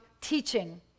teaching